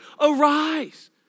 arise